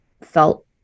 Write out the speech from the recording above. felt